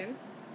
I should do that